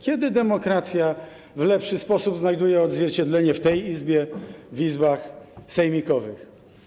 Kiedy demokracja w lepszy sposób znajduje odzwierciedlenie w tej Izbie, w izbach sejmikowych?